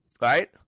Right